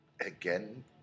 again